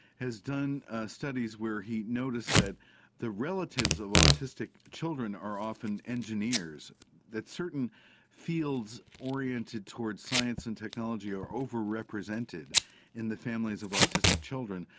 has done studies where he noticed that the relatives of autistic children are often engineers, that certain fields oriented towards science and technology are overrepresented in the families of autistic children.